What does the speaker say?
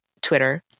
twitter